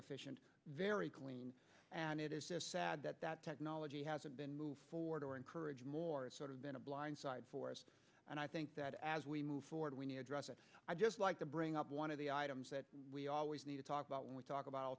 efficient very clean and it is sad that that technology hasn't been moved forward or encourage more it sort of been a blind side for us and i think that as we move forward we need address that i just like to bring up one of the items that we always need to talk about when we talk about al